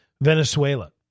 Venezuela